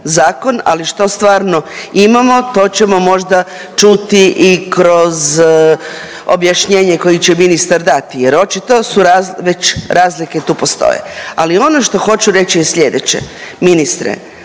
ali što stvarno imamo, to ćemo možda čuti i kroz objašnjenje koje će ministar dati jer očito su već razlike tu postoje, ali ono što hoću reći je sljedeće, ministre,